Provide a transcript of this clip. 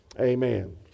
Amen